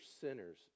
sinners